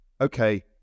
okay